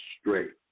straight